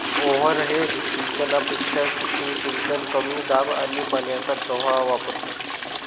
overhead सिंचनापेक्षा सूक्ष्म सिंचन कमी दाब आणि पाण्याचा प्रवाह वापरतो